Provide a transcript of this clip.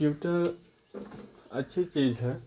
Twitter اچھی چیز ہے